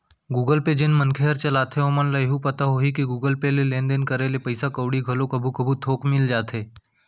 Google Pay जेन मनखे हर चलाथे ओमन ल एहू पता होही कि गुगल पे ले लेन देन करे ले पइसा कउड़ी घलो कभू कभू थोक मिल जाथे